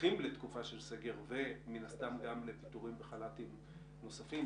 לתקופה של סגר ומן הסתם גם לפיטורים וחל"תים נוספים,